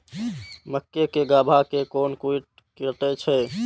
मक्के के गाभा के कोन कीट कटे छे?